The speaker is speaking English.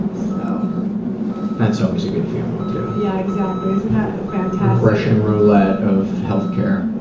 so that's always a good feeling, too. yeah exactly, isn't that fantastic? russian roulette of healthcare.